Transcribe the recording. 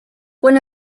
one